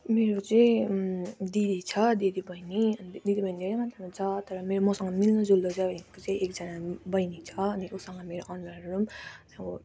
मेरो चाहिँ दिदी छ दिदीबहिनी अन्त दिदीबहिनी धेरै मात्रामा छ तर मेरो मसँग मिल्दोजुल्दो चाहिँ को चाहिँ एकजना बहिनी छ अनि ऊसँग मेरो अनुहारहरू पनि अब